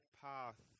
path